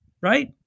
right